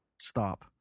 stop